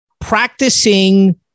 Practicing